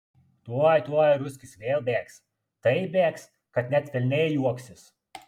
tuoj tuoj ruskis vėl bėgs taip bėgs kad net velniai juoksis